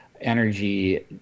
energy